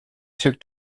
took